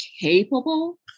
capable